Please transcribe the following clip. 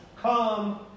come